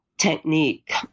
Technique